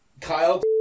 Kyle